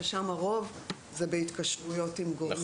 שם הרוב זה בהתקשרויות עם גורמים.